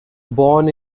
born